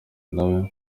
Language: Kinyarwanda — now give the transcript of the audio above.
nawe